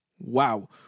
Wow